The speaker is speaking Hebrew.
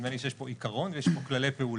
נדמה לי שיש פה עיקרון ויש פה כללי פעולה.